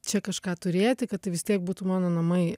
čia kažką turėti kad tai vis tiek būtų mano namai